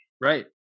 right